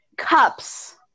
cups